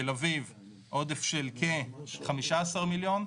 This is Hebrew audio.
בתל אביב עודף של כ-15 מיליון.